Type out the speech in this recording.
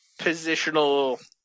positional